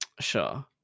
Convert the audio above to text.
Sure